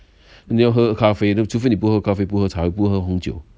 你又喝咖啡除非你不喝咖啡不喝茶不喝红酒